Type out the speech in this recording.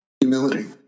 humility